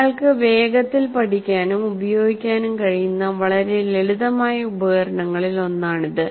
ഒരാൾക്ക് വേഗത്തിൽ പഠിക്കാനും ഉപയോഗിക്കാനും കഴിയുന്ന വളരെ ലളിതമായ ഉപകരണങ്ങളിൽ ഒന്നാണിത്